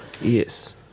Yes